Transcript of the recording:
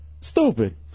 Stupid